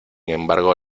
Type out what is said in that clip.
embargo